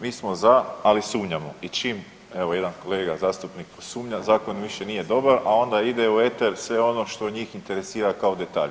Mi smo za, ali sumnjamo i čim evo jedan kolega zastupnik posumnja zakon više nije dobar, a onda ide u eter sve ono što njih interesira kao detalj.